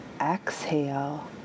Exhale